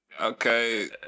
Okay